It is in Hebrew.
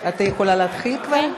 את יכולה להתחיל כבר?